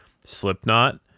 Slipknot